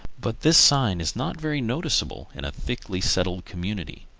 but this sign is not very noticeable in a thickly settled community.